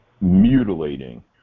mutilating